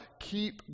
keep